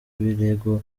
ibirego